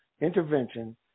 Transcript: intervention